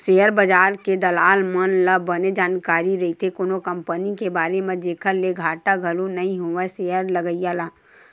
share बजार के दलाल मन ल बने जानकारी रहिथे कोनो कंपनी के बारे म जेखर ले घाटा घलो नइ होवय सेयर लगइया ल